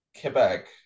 Quebec